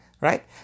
Right